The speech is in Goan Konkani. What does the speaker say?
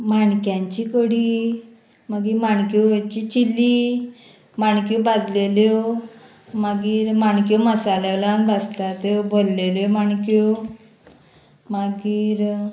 माणक्यांची कडी मागीर माणक्योची चिली माणक्यो भाजलेल्यो मागीर माणक्यो मसालो लावन भाजतात त्यो भरलेल्यो माणक्यो मागीर